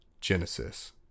Genesis